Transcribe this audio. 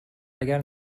اگر